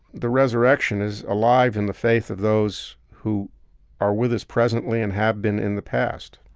the resurrection is alive in the faith of those who are with us presently and have been in the past,